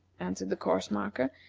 answered the course-marker,